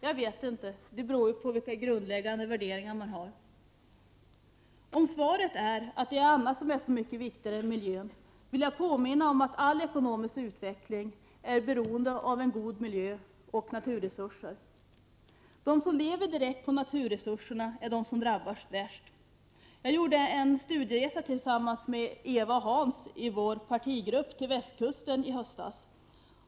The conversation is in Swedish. Jag vet inte — det beror ju på vilka grundläggande värderingar man har. Om svaret är att annat är mycket viktigare än miljön, vill jag påminna om att all ekonomisk utveckling är beroende av en god miljö och naturresurser. De som lever direkt på naturresurserna är de som drabbas värst. Tillsammans med Eva Goäös och Hans Leghammar i vår partigrupp gjorde jag en studieresa till västkusten i höstas.